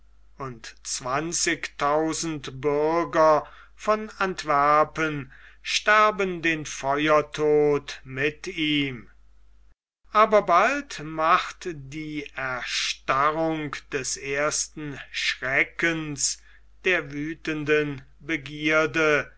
und zwanzigtausend bürger von antwerpen sterben den feuertod mit ihm aber bald macht die erstarrung des ersten schreckens der wüthenden begierde